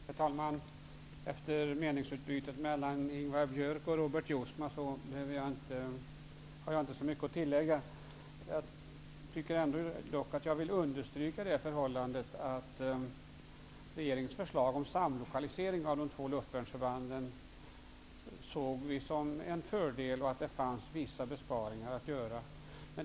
Herr talman! Efter meningsutbytet mellan Ingvar Björk och Robert Jousma har jag inte så mycket att tillägga. Jag vill ändock understryka att vi såg regeringens förslag om samlokalisering av de två luftvärnsförbanden som en fördel och att det fanns vissa besparingar att göra.